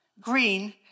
Green